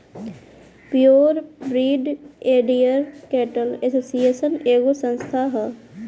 pure breed dairy cattle association एगो संस्था ह